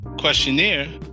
questionnaire